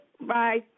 Bye